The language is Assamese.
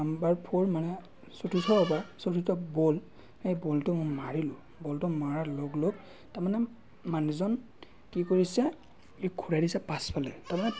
নাম্বাৰ ফ'ৰ মানে চতুৰ্থ অ'ভাৰ চতুৰ্থ বল সেই বলটো মই মাৰিলোঁ বলটো মাৰাৰ লগ লগ তাৰমানে মানুহজন কি কৰিছে সি ঘূৰাই দিছে পাছফালে তাৰমানে